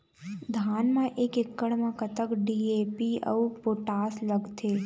धान म एक एकड़ म कतका डी.ए.पी अऊ पोटास लगथे?